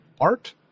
art